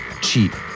cheap